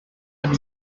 amb